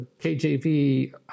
KJV